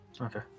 Okay